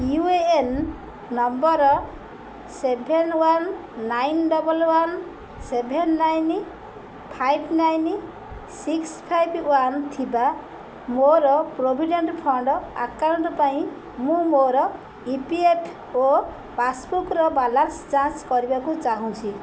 you A N number seven one nine double one seven nine five nine six five one ଥିବା ମୋର provident fund account ପାଇଁ ମୁଁ ମୋର E P F O ପାସ୍ବୁକ୍ର balance ଯାଞ୍ଚ କରିବାକୁ ଚାହୁଁଛି